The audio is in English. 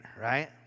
right